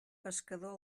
pescador